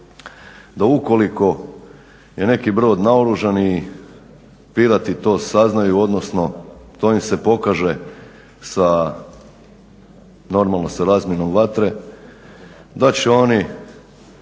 da ukoliko je neki brod naoružan i pirati to saznaju, odnosno to im se pokaže sa normalno sa razmjenom vatre da će oni